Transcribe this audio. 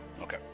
Okay